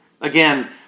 Again